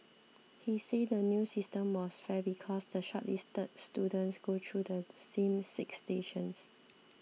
he said the new system was fair because the shortlisted students go through the same six stations